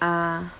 ah